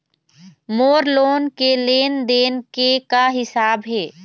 मोर loan के लेन देन के का हिसाब हे?